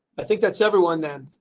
i think that's everyone then